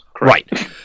Right